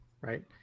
Right